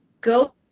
go